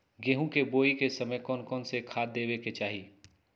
गेंहू के बोआई के समय कौन कौन से खाद देवे के चाही?